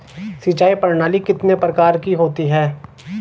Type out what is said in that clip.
सिंचाई प्रणाली कितने प्रकार की होती हैं?